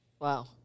Wow